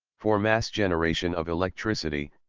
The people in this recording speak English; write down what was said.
for mass generation of electricity,